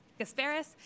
Gasparis